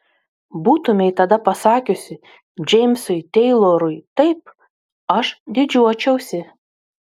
būtumei tada pasakiusi džeimsui teilorui taip aš didžiuočiausi